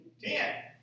Ten